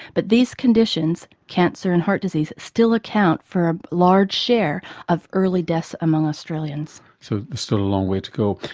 but these conditions cancer and heart disease still account for a large share of early deaths among australians. so there's still a long way to go.